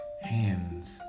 hands